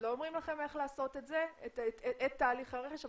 לא אומרים לכם איך לעשות את תהליך הרכש,